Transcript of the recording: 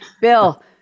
Bill